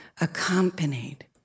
accompanied